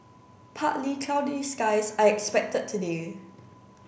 partly cloudy skies are expected today